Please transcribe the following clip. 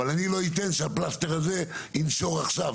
אבל אני לא אתן שהפלסטר הזה ינשור עכשיו,